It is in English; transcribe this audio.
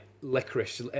licorice